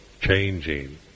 changing